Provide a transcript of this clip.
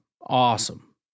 awesome